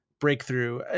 breakthrough